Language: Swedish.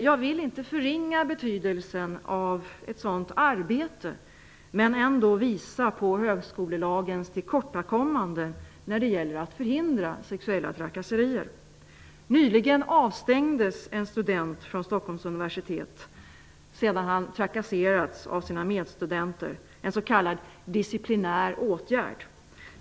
Jag vill inte förringa betydelsen av ett sådant arbete, men jag vill ändå visa på högskolelagens tillkortakommanden när det gäller att förhindra sexuella trakasserier. Nyligen avstängdes en student från Stockholms universitet sedan han trakasserat sina medstudenter. Det var en s.k. disciplinär åtgärd.